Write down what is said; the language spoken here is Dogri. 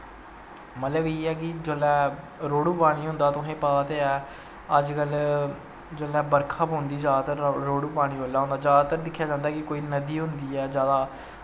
मतलव एह् ऐ कि जिसलै रोह्ड़ू पानी होंदा तुसें पता ते है अजकल जिसलै बर्खा पौंदी जादातर रोहड़ू पानी उसलै होंदा जादातर दिक्खेआ जंदा कि नदी होंदा ऐ जादा